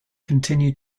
continue